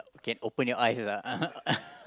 can open your eyes (uh huh)